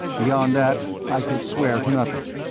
beyond that i could swear to nothing,